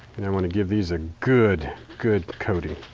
and i want to give these a good, good coating.